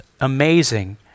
amazing